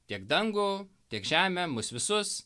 tiek dangų tiek žemę mus visus